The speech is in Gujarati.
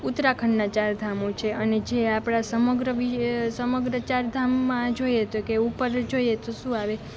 ઉત્તરાખંડનાં ચાર ધામો છે અને જે આપણાં સમગ્ર સમગ્ર ચાર ધામમાં જોઈએ તો કહે ઉપર જોઈએ તો શું આવે